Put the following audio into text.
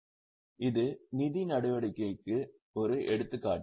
இது நிதி நடவடிக்கைக்கு ஒரு எடுத்துக்காட்டு